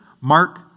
Mark